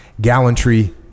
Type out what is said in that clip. gallantry